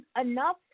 enough